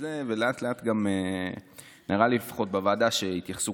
ולאט-לאט נראה לי שלפחות בוועדה התייחסו